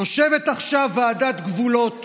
יושבת עכשיו ועדת גבולות